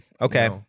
Okay